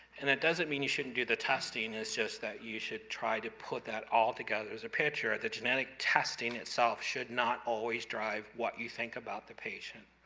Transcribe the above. and it doesn't mean you shouldn't do the testing, it's just that you should try to put that all together as a picture. the genetic testing itself, should not always drive what you think about the patient.